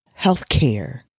healthcare